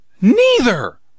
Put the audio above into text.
Neither